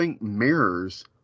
mirrors